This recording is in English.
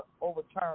overturned